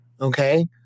Okay